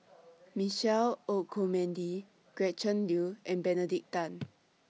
Michael Olcomendy Gretchen Liu and Benedict Tan